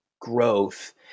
growth